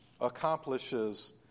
accomplishes